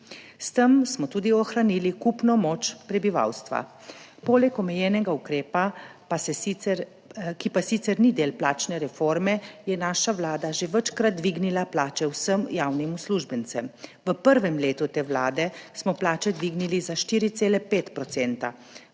S tem smo tudi ohranili kupno moč prebivalstva. Poleg omenjenega ukrepa, ki pa sicer ni del plačne reforme, je naša vlada že večkrat dvignila plače vsem javnim uslužbencem. V prvem letu te vlade smo plače dvignili za 4,5